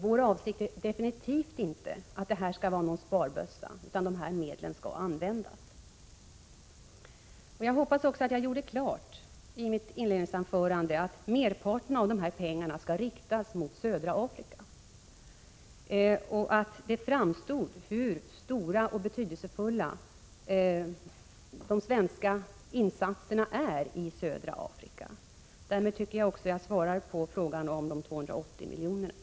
Vår avsikt är definitivt inte att detta skall vara någon sparbössa, utan medlen skall användas. Jag hoppas också att jag i mitt inledningsanförande gjorde klart att merparten av dessa pengar skall riktas mot södra Afrika, och att det framstod hur stora och betydelsefulla de svenska insatserna i södra Afrika är. Därmed tycker jag också att jag svarar på frågan om de 280 miljonerna.